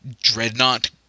dreadnought